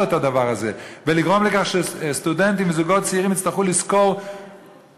את הדבר הזה ולגרום לכך שסטודנטים וזוגות צעירים יצטרכו לשכור חושות,